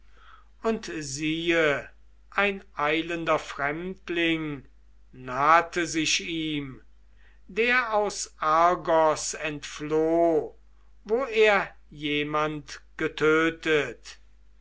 und siehe ein eilender fremdling nahte sich ihm der aus argos entfloh wo er jemand getötet